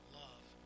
love